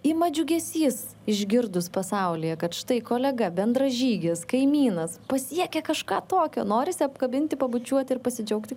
ima džiugesys išgirdus pasaulyje kad štai kolega bendražygis kaimynas pasiekė kažką tokio norisi apkabinti pabučiuot ir pasidžiaugti